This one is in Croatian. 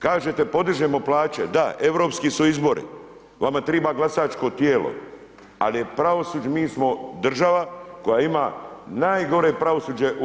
Kažete podižemo plaće, da, europski su izbori, vama triba glasačko tijelo, al je pravosuđe, mi smo država koja ima najgore pravosuđe u EU.